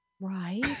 right